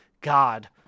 God